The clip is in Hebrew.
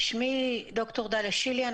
שמי ד"ר דליה שיליאן,